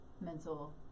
mental